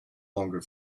longer